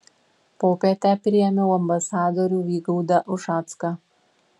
popietę priėmiau ambasadorių vygaudą ušacką